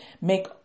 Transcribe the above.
make